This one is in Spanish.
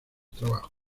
trabajos